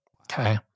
okay